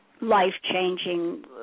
life-changing